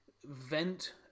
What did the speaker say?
Vent